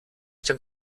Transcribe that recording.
dem